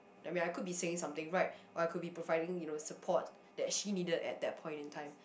I mean I could be saying something right or I could be providing you know support that she needed at that point in time